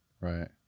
Right